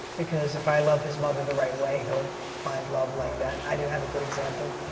because if i love his mother the right way, he'll find love like that. i didn't have a good example.